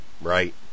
right